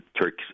Turks